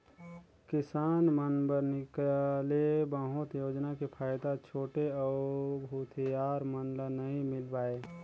किसान मन बर निकाले बहुत योजना के फायदा छोटे अउ भूथियार मन ल नइ मिल पाये